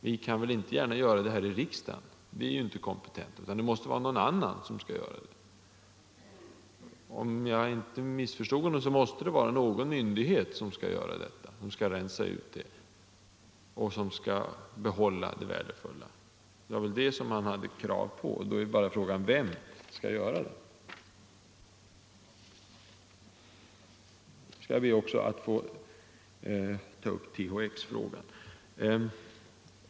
Vi kan väl inte gärna göra det här i riksdagen — vi är ju inte kompetenta — utan det måste vara någon annan som skall göra det. Om jag inte missförstod herr Gernandt måste det vara någon myndighet som skall rensa ut detta och behålla det värdefulla — det var väl det som herr Gernandt framförde krav på. Då är frågan bara: Vem skall göra det? Jag skall också be att få ta upp THX-frågan.